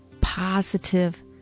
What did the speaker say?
positive